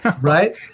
right